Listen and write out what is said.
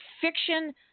fiction